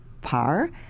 Par